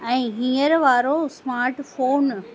ऐं हीअंर वारो स्मार्ट फ़ोन